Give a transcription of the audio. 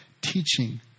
teaching